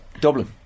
Dublin